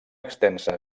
extensa